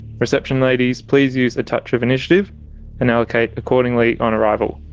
reception ladies please use a touch of initiative and allocate accordingly on arrival.